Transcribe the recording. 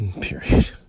Period